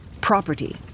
property